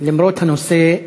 למרות הנושא,